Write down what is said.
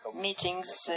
meetings